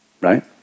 right